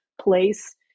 place